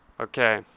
Okay